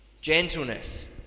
Gentleness